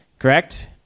correct